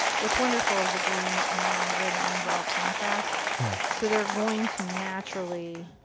what's wonderful is the green and red and orange are all contrasts. yeah. so they're going to naturally